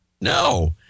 No